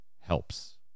helps